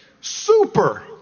super